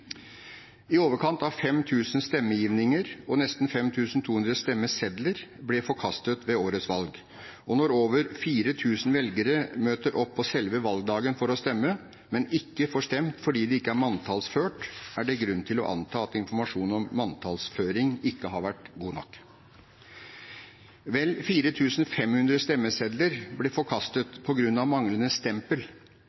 I overkant av 5 000 stemmegivninger og nesten 5 200 stemmesedler ble forkastet ved årets valg. Når over 4 000 velgere møter opp på selve valgdagen for å stemme, men ikke får stemt fordi de ikke er manntallsført, er det grunn til å anta at informasjonen om manntallsføring ikke har vært god nok. Vel 4 500 stemmesedler ble forkastet